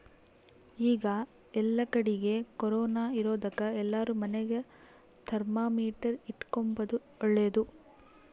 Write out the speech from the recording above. ಈಗ ಏಲ್ಲಕಡಿಗೆ ಕೊರೊನ ಇರೊದಕ ಎಲ್ಲಾರ ಮನೆಗ ಥರ್ಮಾಮೀಟರ್ ಇಟ್ಟುಕೊಂಬದು ಓಳ್ಳದು